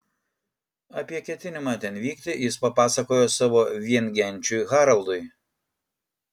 apie ketinimą ten vykti jis papasakojo savo viengenčiui haraldui